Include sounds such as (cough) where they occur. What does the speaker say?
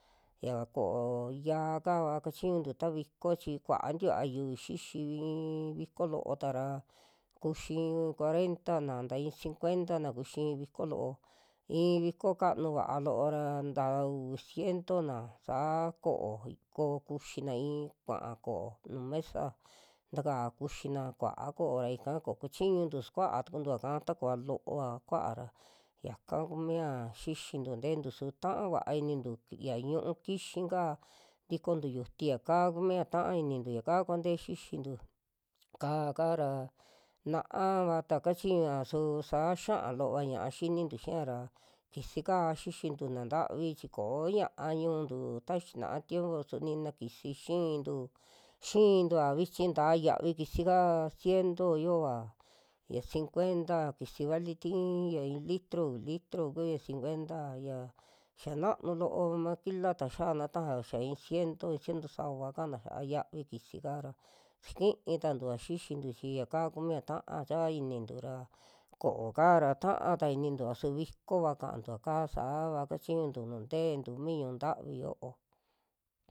Ya ko'o ya'a kava kachiñuntu ta viko chi kua tikua yuvi xixi i'in viko loo tara kuxi i'i cuarentana, ta i'i cincuenta'na kuxi i'i viko loo, i'i viko kanu vaa loo ra nta uvi ciento'na saa ko'o ko'o kuxina i'i kuaa ko'o nuu mesa ntaka kuxina, kua'a ko'o ra ika ko kuchiñuntu sukua tukuntua'ka ta kuva kua'a ra, yaka ku mia xixintua ntentu su ta'ava inintu, ya ñu'u kixin ka, ntikontu yuti yakaa kumia ta'a inintu, yaka kua ntee xixintu (noise) ka'á kaa ra na'avata kachiñua suu saa xia'a loova ña'a xinintu xia'ra, ksika xixi ntuu na ntavi chi ko'o ña'a ñu'untu, ta xina'a tiempo su nina kisi xi'intu, xi'intua vichi ntaa xiavi siki'ka ciento yoova, ya cincuenta kisi vali tii ya i'i litro, uvi litro kuya cincuenta, ya xia na'nu loo makila ta xia'a na tajao xa i'i ciento. i'i ciento sava ka'ana xia yiavi kisika ra xikii tantua xixintu chi yaka kumia ta'a chaa inintu ra, ko'ó kaa ra ta'a ta inintua su vikova ka'antua ka saava kachiñuntu nteentu mi ñu'un ntavi yo'o.